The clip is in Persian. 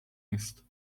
نیست